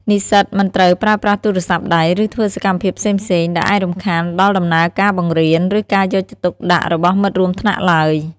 និស្សិតមិនត្រូវ ប្រើប្រាស់ទូរស័ព្ទដៃ ឬធ្វើសកម្មភាពផ្សេងៗ ដែលអាចរំខានដល់ដំណើរការបង្រៀន ឬការយកចិត្តទុកដាក់របស់មិត្តរួមថ្នាក់ឡើយ។